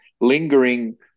lingering